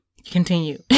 continue